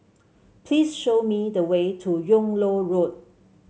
please show me the way to Yung Loh Road